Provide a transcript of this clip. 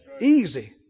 Easy